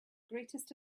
greatest